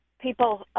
people